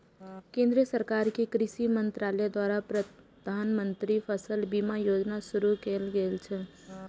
केंद्र सरकार के कृषि मंत्रालय द्वारा प्रधानमंत्री फसल बीमा योजना शुरू कैल गेल छै